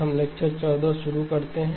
हम लेक्चर 14 शुरू करते हैं